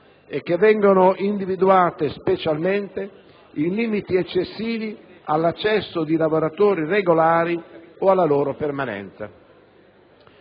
e che vengono individuate specialmente in limiti eccessivi all'accesso di lavoratori regolari o alla loro permanenza.